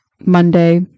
monday